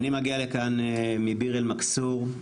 אני מגיע לכאן מביר אל-מכסור,